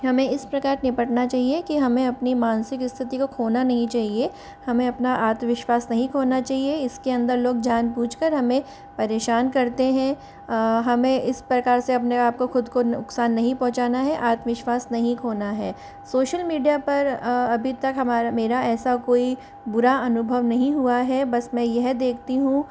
हमें इस प्रकार निपटना चाहिए कि हमें अपनी मानसिक स्थिति को खोना नहीं चाहिए हमें अपना आत्मविश्वास नहीं खोना चाहिए इसके अंदर लोग जान बूझकर हमें परेशान करते हैं हमें इस प्रकार से अपने आप को खुद को नुकसान नहीं पहुंचाना है आत्मविश्वास नहीं खोना है सोशल मीडिया पर अभी तक हमारा मेरा ऐसा कोई बुरा अनुभव नहीं हुआ है बस मैं यह देखती हूँ